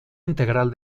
integral